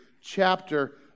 chapter